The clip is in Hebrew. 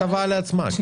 הטבה לעצמה.